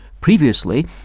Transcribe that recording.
Previously